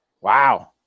Wow